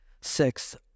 Six